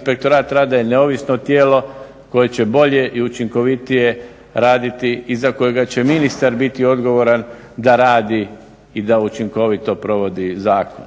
Inspektorat rada je neovisno tijelo koje će bolje i učinkovitije raditi i za kojega će ministar biti odgovoran da radi i da učinkovito provodi zakon.